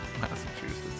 Massachusetts